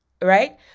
right